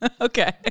Okay